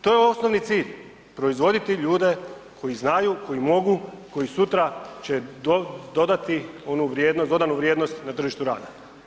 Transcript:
To je osnovni cilj, proizvoditi ljude koji znaju, koji mogu, koji sutra će dodati onu vrijednost dodanu vrijednost na tržištu rada.